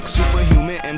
Superhuman